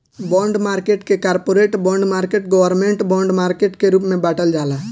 bond market के corporate bond market government bond market के रूप में बॉटल जाला